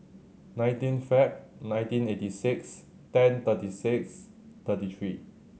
nineteen Feb nineteen eighty six ten thirty six thirty three